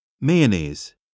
Mayonnaise